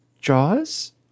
Jaws